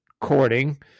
courting